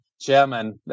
chairman